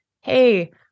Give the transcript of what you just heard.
hey